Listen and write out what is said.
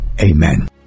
amen